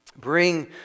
bring